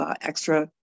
extra